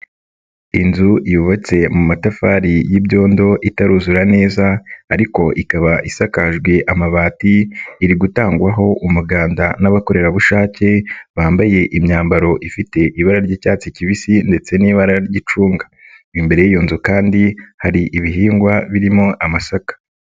Inzu yubatse mu matafari y'ibyondo itaruzura neza, ariko ikaba isakajwe amabati, iri gutangwaho umuganda n'abakorerabushake, bambaye imyambaro ifite ibara ry'icyatsi kibisi ndetse n'ibara ry'icunga. Imbere y'inzu kandi hari ibihingwa birimo amasaka.